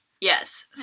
yes